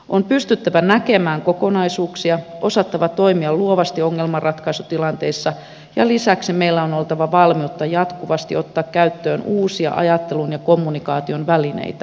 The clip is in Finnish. on pystyttävä näkemään kokonaisuuksia osattava toimia luovasti ongelmanratkaisutilanteissa ja lisäksi meillä on oltava valmiutta jatkuvasti ottaa käyttöön uusia ajattelun ja kommunikaation välineitä